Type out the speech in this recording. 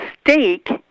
stake